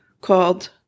called